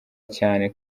cyane